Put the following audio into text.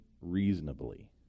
reasonably